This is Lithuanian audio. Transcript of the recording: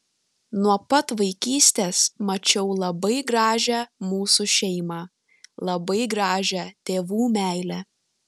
nuo pat vaikystės mačiau labai gražią mūsų šeimą labai gražią tėvų meilę